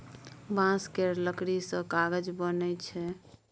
बांस केर लकड़ी सँ कागज बनइ छै